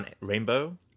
Rainbow